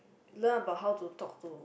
learn about how to talk to